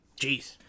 Jeez